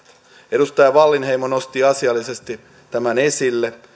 edustaja wallinheimo nosti asiallisesti tämän esille